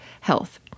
health